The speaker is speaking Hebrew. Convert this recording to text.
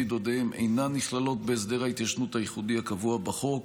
דודיהם אינן נכללות בהסדר ההתיישנות הייחודי הקבוע בחוק,